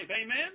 Amen